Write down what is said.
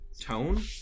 tone